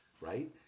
right